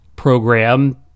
program